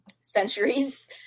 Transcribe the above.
centuries